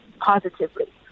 positively